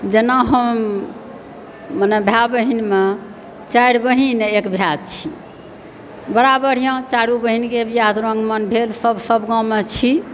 जेना हम मने भाइ बहिनमे चारि बहिन आ एक भाइ छी बड़ा बढ़िआँ चारु बहिनके बियाह दुरागमन भेल सभ सभ गाँवमे छी